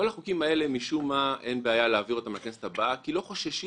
את כל החוקים האלה משום מה אין בעיה להעביר לכנסת הבאה כי לא חוששים